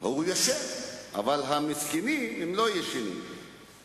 לעצמי לצרף את כל חברי הכנסת לדברי הפתיחה